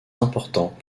importants